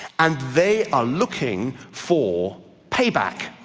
and they are looking for payback.